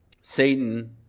Satan